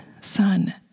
son